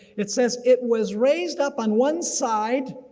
it says. it was raised up on one side.